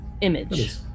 image